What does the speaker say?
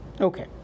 okay